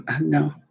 no